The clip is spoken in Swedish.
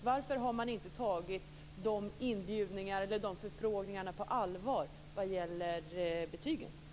Varför har man inte tagit förfrågningarna vad gäller betygen på allvar?